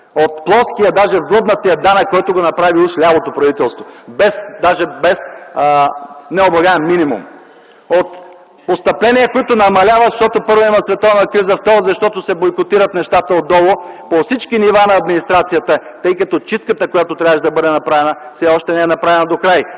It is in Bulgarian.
от плоския, даже вдълбнатия данък, който го направи уж лявото правителство - без необлагаем минимум, от постъпления, които намаляват, защото първо, има световна криза, второ, защото се бойкотират нещата отдолу по всички нива на администрацията, тъй като чистката, която трябваше да бъде направена, все още не е направена докрай.